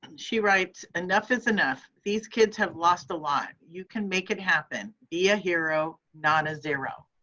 she writes, enough is enough. these kids have lost a lot. you can make it happen, be a hero, not a zero.